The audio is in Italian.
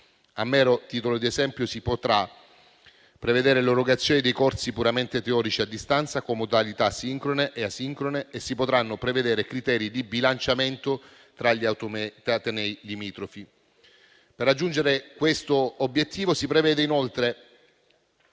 A mero titolo di esempio si potrà prevedere l'erogazione dei corsi puramente teorici a distanza, con modalità sincrone e asincrone, e si potranno prevedere criteri di bilanciamento tra gli atenei limitrofi. Per raggiungere questo obiettivo si prevede inoltre